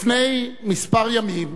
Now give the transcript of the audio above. לפני כמה ימים,